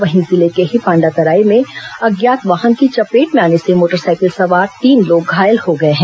वहीं जिले के ही पांडातराई में अज्ञात वाहन की चपेट में आने से मोटरसाइकिल सवार तीन लोग घायल हो गए हैं